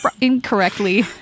incorrectly